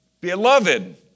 beloved